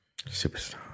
Superstar